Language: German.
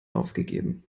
aufgegeben